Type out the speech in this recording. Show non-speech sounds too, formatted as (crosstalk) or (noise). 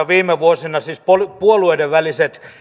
(unintelligible) viime vuosina puolueiden väliset